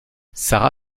sara